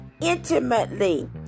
intimately